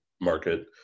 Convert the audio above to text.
market